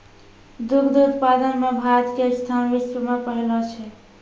दुग्ध उत्पादन मॅ भारत के स्थान विश्व मॅ पहलो छै